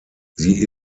sie